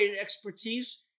expertise